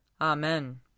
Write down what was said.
Amen